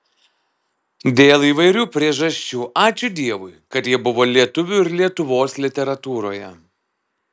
dėl įvairių priežasčių ačiū dievui kad jie buvo lietuvių ir lietuvos literatūroje